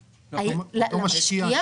למשקיע?